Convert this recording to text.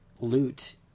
loot